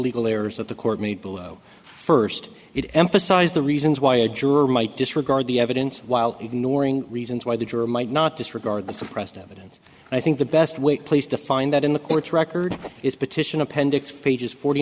legal layers of the court made below first it emphasized the reasons why a juror might disregard the evidence while ignoring reasons why the jury might not disregard the suppressed evidence i think the best way place to find that in the court's record is petition appendix pages forty